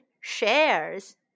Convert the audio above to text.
shares